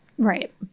Right